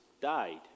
died